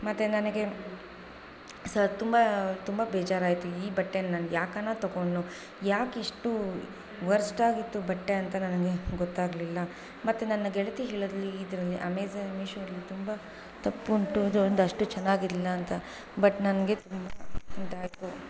ಮತ್ತು ನನಗೆ ಸಹ ತುಂಬ ತುಂಬ ಬೇಜಾರಾಯ್ತು ಈ ಬಟ್ಟೆನ ನಾನು ಯಾಕಾನಾ ತಗೊಂಡ್ನೋ ಯಾಕಿಷ್ಟು ವರ್ಸ್ಟ್ ಆಗಿತ್ತು ಬಟ್ಟೆ ಅಂತ ನನಗೆ ಗೊತ್ತಾಗ್ಲಿಲ್ಲ ಮತ್ತು ನನ್ನ ಗೆಳತಿ ಹೇಳಿದ್ಲ್ ಇದರಲ್ಲಿ ಅಮೆಝಾನ್ ಮೀಶೋ ಅಲ್ಲಿ ತುಂಬ ತಪ್ಪುಂಟು ಇದು ಒಂದು ಅಷ್ಟು ಚೆನ್ನಾಗಿರ್ಲಿಲ್ಲ ಅಂತ ಬಟ್ ನನಗೆ ತುಂಬ ಆಯಿತು